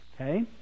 Okay